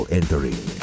entering